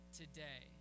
today